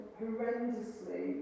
horrendously